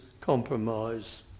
compromise